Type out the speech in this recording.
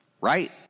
Right